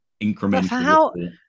incremental